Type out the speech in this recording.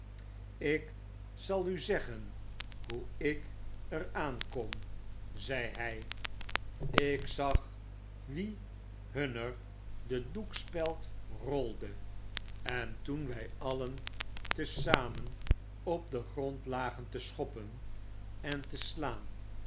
ik zal u zeggen hoe ik er aan kom zei hy jk zag wie hunner de doekspeld rolde en toen wy alien te zamen op den grond lagen te schoppen en te slaan